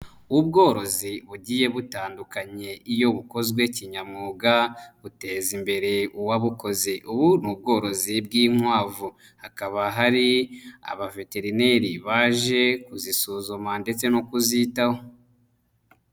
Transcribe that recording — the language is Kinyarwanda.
Ubworozi bugiye butandukanye iyo bukozwe kinyamwuga buteza imbere uwabukoze. Ubu ni ubworozi bw'inkwavu hakaba hari abaveterineri baje kuzisuzuma ndetse no kuzitaho.